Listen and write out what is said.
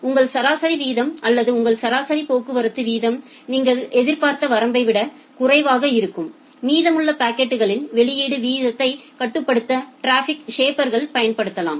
உங்கள் சராசரி வீதம் அல்லது உங்கள் சராசரி போக்குவரத்து வீதம் நீங்கள் எதிர்பார்த்த வரம்பை விடக் குறைவாக இருக்கும் மீதமுள்ள பாக்கெட்களின் வெளியீட்டு வீதத்தைக் கட்டுப்படுத்த டிராபிக் ஷேப்பர்களை பயன்படுத்தலாம்